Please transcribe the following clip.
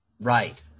right